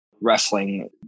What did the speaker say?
wrestling